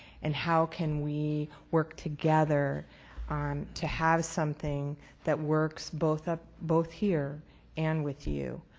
and how can we work together um to have something that works both ah both here and with you.